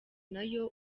nayo